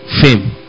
fame